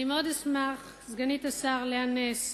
אני מאוד אשמח, סגנית השר לאה נס.